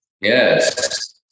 Yes